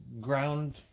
ground